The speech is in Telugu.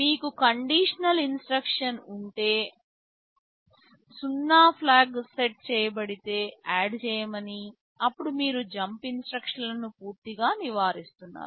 మీకు కండిషనల్ ఇన్స్ట్రక్షన్ ఉంటే 0 ఫ్లాగ్ సెట్ చేయబడితే add చేయమనిఅప్పుడు మీరు జంప్ ఇన్స్ట్రక్షన్లను పూర్తిగా నివారిస్తున్నారు